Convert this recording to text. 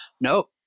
No